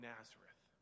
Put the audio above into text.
Nazareth